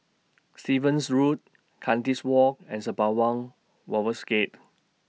Stevens Road Kandis Walk and Sembawang Wharves Gate